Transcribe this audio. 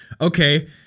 okay